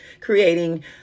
creating